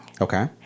Okay